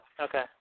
Okay